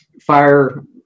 fire